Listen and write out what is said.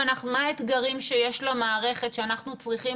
מה האתגרים שיש למערכת שאנחנו צריכים